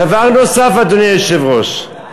דבר נוסף, אדוני היושב-ראש, דקה,